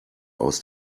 aus